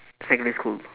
secondary school